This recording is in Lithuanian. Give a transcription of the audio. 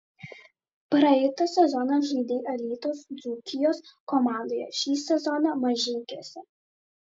praeitą sezoną žaidei alytaus dzūkijos komandoje šį sezoną mažeikiuose